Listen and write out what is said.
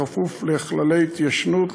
בכפוף לכללי ההתיישנות,